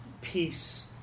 peace